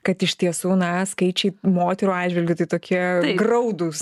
kad iš tiesų na skaičiai moterų atžvilgiu tai tokie graudūs